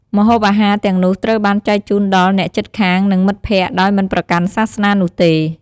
ម្ហូបអាហារទាំងនោះត្រូវបានចែកជូនដល់ អ្នកជិតខាង និងមិត្តភក្តិ ដោយមិនប្រកាន់សាសនានោះទេ។